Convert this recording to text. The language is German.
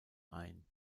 ein